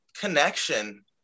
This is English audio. connection